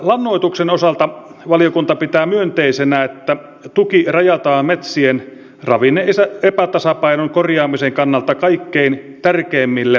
lannoituksen osalta valiokunta pitää myönteisenä että tuki rajataan metsien ravinne epätasapainon korjaamisen kannalta kaikkein tärkeimmille lannoituskohteille